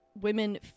women